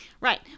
right